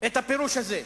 את הפירוש הזה.